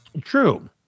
True